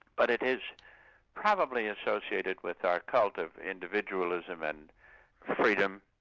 but it is probably associated with our cult of individualism and freedom,